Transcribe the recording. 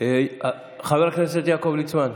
חבר הכנסת יעקב ליצמן,